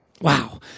Wow